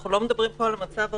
לא על מצב רגיל,